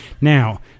now